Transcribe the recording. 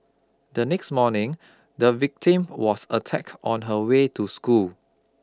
the next morning the victim was attack on her way to school